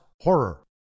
horror